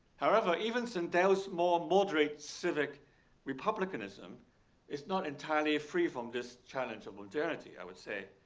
however, even sandel's more moderate civic republicanism is not entirely free from this challenge of modernity, i would say,